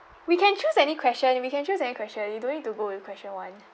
we can choose any question we can choose any question you don't need to go with question one